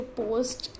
post